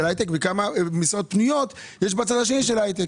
ההייטק וכמה משרות פנויות יש בצד השני של ההייטק.